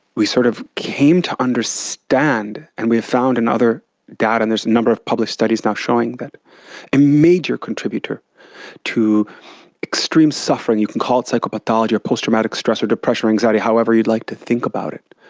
we sort of came to understand and we found in other data and there's a number of published studies now showing that a major contributor to extreme suffering, you can call it psychopathology or post-traumatic stress or depression or anxiety, however you'd like to think about it,